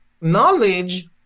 knowledge